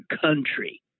country